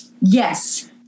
Yes